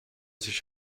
sich